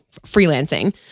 freelancing